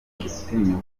gutinyuka